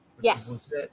Yes